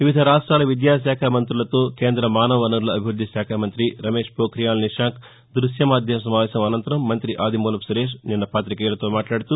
వివిధ రాష్ట్రాల విద్యాశాఖ మంతులతో కేంద మానవ వనరుల అభివృద్ది శాఖ మంతి రమేష్ పోఁక్తియాల్ నిషాంక్ దృశ్య మాద్యమ సమావేశం అనంతరం మంఁతి ఆదిమూలపు సురేష్ పాతికేయులతో మాట్లాడుతూ